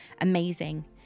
amazing